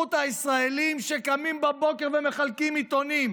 בזכות הישראלים שקמים בבוקר ומחלקים עיתונים,